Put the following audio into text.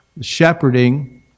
shepherding